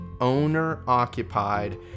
owner-occupied